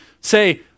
say